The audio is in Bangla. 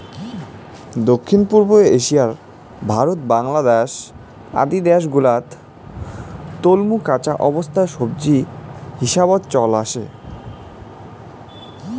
দক্ষিণ পুব এশিয়ার ভারত, বাংলাদ্যাশ আদি দ্যাশ গুলাত তলমু কাঁচা অবস্থাত সবজি হিসাবত চল আসে